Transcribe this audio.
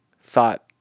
thought